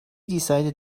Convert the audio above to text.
decided